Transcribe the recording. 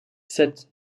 sept